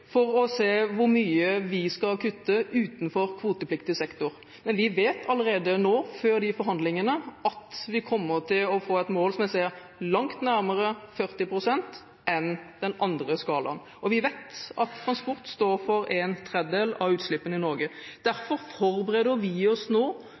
for å se hvor mye vi skal kutte utenfor kvotepliktig sektor. Men vi vet allerede nå før forhandlingene at vi kommer til å få et mål som jeg ser langt nærmere 40 pst. enn den andre skalaen, og vi vet at transport står for en tredjedel av utslippene i Norge. Derfor forbereder vi oss nå